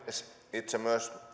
itse myös